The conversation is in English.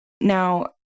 now